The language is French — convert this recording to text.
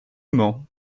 mans